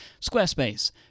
Squarespace